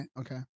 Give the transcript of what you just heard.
okay